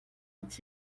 dit